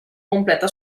completa